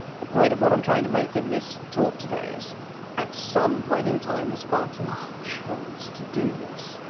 the point of what i'm trying to make in this talk today is at some point in time, the spartans chose to do this.